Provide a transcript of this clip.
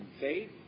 faith